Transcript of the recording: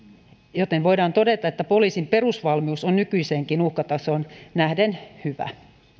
joten voidaan todeta että poliisin perusvalmius on nykyiseenkin uhkatasoon nähden hyvä